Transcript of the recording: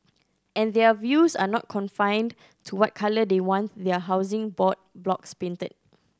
and their views are not confined to what colour they want their Housing Board blocks painted